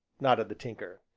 nodded the tinker.